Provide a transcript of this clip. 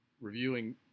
reviewing